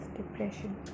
depression